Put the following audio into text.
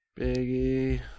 Biggie